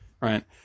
right